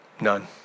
None